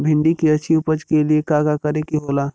भिंडी की अच्छी उपज के लिए का का करे के होला?